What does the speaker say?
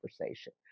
conversation